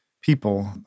people